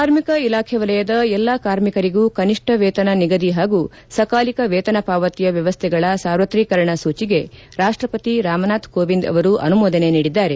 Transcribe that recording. ಕಾರ್ಮಿಕ ಇಲಾಖೆ ವಲಯದ ಎಲ್ಲಾ ಕಾರ್ಮಿಕರಿಗೂ ಕನಿಷ್ನ ವೇತನ ನಿಗದಿ ಹಾಗೂ ಸಕಾಲಿತ ವೇತನ ಪಾವತಿಯ ವ್ಯವಸ್ಥೆಗಳ ಸಾರ್ವತ್ರಿಕರಣ ಸೂಚಿಗೆ ರಾಷ್ವಪತಿ ರಾಮನಾಥ್ ಕೋವಿಂದ್ ಅವರು ಅನುಮೋದನೆ ನೀಡಿದ್ದಾರೆ